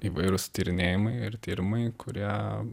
įvairūs tyrinėjimai ir tyrimai kurie